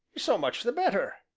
so much the better,